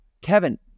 Kevin